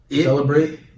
celebrate